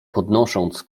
podnosząc